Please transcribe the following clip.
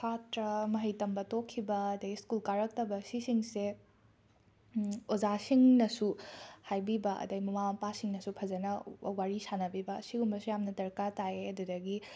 ꯁꯥꯇ꯭ꯔ ꯃꯍꯩ ꯇꯝꯕ ꯇꯣꯛꯈꯤꯕ ꯑꯗꯒꯤ ꯁ꯭ꯀꯨꯜ ꯀꯥꯔꯛꯇꯕ ꯁꯤꯁꯤꯡꯁꯦ ꯑꯣꯖꯥꯁꯤꯡꯅꯁꯨ ꯍꯥꯏꯕꯤꯕ ꯑꯗꯒꯤ ꯃꯃꯥ ꯃꯄꯥꯁꯤꯡꯅꯁꯨ ꯐꯖꯅ ꯋꯥ ꯋꯥꯔꯤ ꯁꯥꯟꯅꯕꯤꯕ ꯁꯤꯒꯨꯝꯕꯁꯨ ꯌꯥꯝꯅ ꯗꯔꯀꯥꯔ ꯇꯥꯌꯦ ꯑꯗꯨꯗꯒꯤ